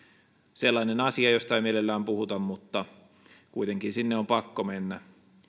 sellainen asia josta ei mielellään puhuta mutta kuitenkin sinne on pakko mennä